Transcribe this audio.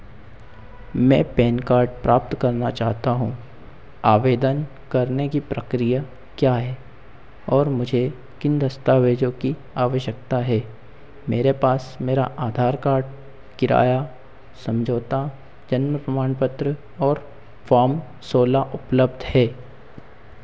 मैं PAN card प्राप्त करना चाहता हूँ आवेदन करने की प्रक्रिया क्या हैं और मुझे किन दस्तावेज़ों की आवश्यकता है मेरे पास मेरा आधार कार्ड किराया समझौता जन्म प्रमाण पत्र और फ़ॉर्म सोलह उपलब्ध है